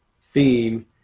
theme